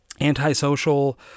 antisocial